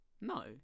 No